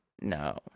no